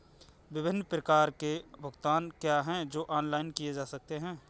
विभिन्न प्रकार के भुगतान क्या हैं जो ऑनलाइन किए जा सकते हैं?